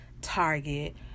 Target